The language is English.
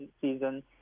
season